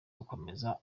gukomera